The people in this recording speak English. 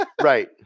Right